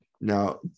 now